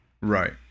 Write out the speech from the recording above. Right